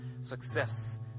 success